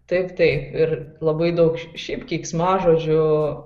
taip taip ir labai daug šiaip keiksmažodžių